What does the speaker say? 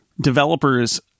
developer's